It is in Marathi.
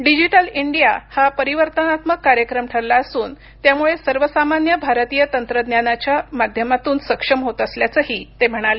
डिजिटल इंडिया हा परिवर्तनात्मक कार्यक्रम ठरला असून त्यामुळे सर्वसामान्य भारतीय तंत्रज्ञानाच्या माध्यमातून सक्षम होत असल्याचंही ते म्हणाले